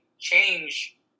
change